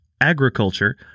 agriculture